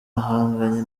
ahanganye